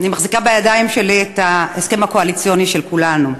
אני מחזיקה בידיים שלי את ההסכם הקואליציוני של כולנו.